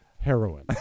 heroin